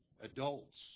adults